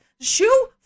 shoe